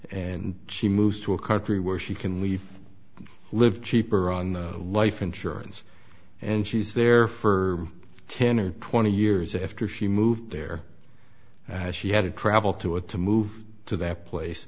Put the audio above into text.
and she moves to a country where she can leave live cheaper on life insurance and she's there for ten or twenty years after she moved there as she had to travel to it to move to that place